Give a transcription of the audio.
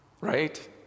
right